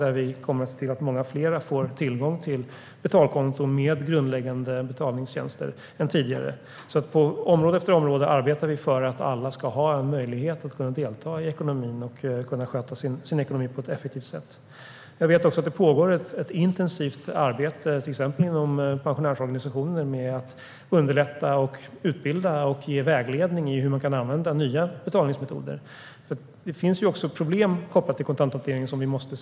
Här kommer vi att se till att många fler än tidigare får tillgång till betalkonton med grundläggande betalningstjänster. På område efter område arbetar vi för att alla ska ha en möjlighet att delta i ekonomin och sköta sin ekonomi på ett effektivt sätt. Jag vet också att det pågår ett intensivt arbete inom exempelvis pensionärsorganisationer med att utbilda och ge vägledning i hur man kan använda nya betalningsmetoder. Vi måste också se att det finns problem kopplat till kontanthantering.